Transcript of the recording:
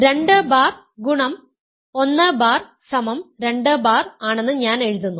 2 bar x 1 bar 2 bar ആണെന്ന് ഞാൻ എഴുതുന്നു